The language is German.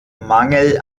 mangel